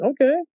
Okay